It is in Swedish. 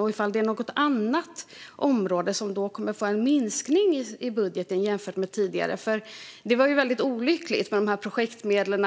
Och är det då något annat område som kommer att få en minskning i budgeten jämfört med tidigare? Det var ju väldigt olyckligt med de projektmedel